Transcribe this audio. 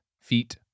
feet